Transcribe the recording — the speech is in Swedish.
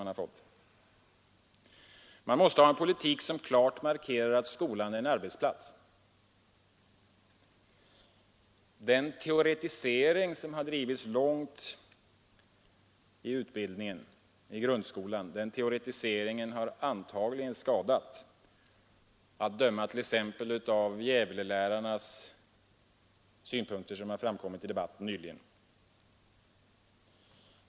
Man måste också föra en politik som klart markerar att skolan är en arbetsplats. Den teoretisering som har drivits långt i utbildningen i grundskolan har antagligen varit till skada — att döma t.ex. av Gävlelärarnas synpunkter, som har framkommit i debatten nyligen.